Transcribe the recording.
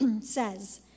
says